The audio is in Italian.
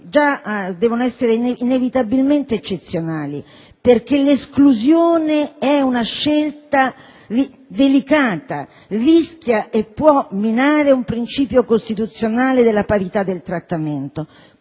devono essere inevitabilmente eccezionali; l'esclusione è una scelta delicata, rischia di minare il principio costituzionale della parità di trattamento.